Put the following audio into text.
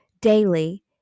daily